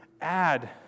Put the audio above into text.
add